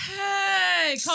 Hey